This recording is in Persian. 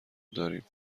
داریم